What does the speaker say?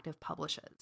publishes